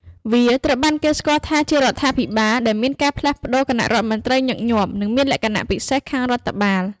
វាត្រូវបានគេស្គាល់ថាជារដ្ឋាភិបាលដែលមានការផ្លាស់ប្តូរគណៈរដ្ឋមន្ត្រីញឹកញាប់ និងមានលក្ខណៈពិសេសខាងរដ្ឋបាល។